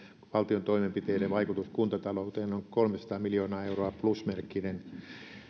vuonnahan valtion toimenpiteiden vaikutus kuntatalouteen on kolmesataa miljoonaa euroa plusmerkkinen